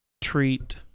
treat